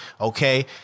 Okay